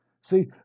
see